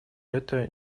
это